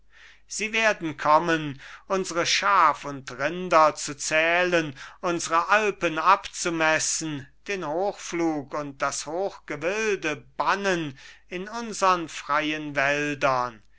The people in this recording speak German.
sie werden kommen unsre schaf und rinder zu zählen unsre alpen abzumessen den hochflug und das